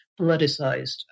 politicized